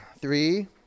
Three